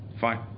Fine